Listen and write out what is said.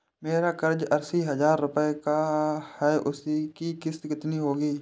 मेरा कर्ज अस्सी हज़ार रुपये का है उसकी किश्त कितनी होगी?